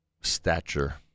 stature